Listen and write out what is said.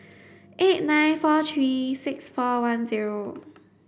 eight nine four three six four one zero